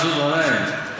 מסעוד גנאים,